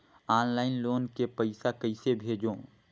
Online loan के पईसा कइसे भेजों?